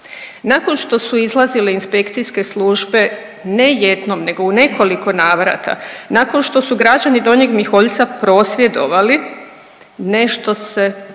Nakon što su izlazile inspekcijske službe ne jednom nego u nekoliko navrata, nakon što su građani Donjeg Miholjca prosvjedovali nešto se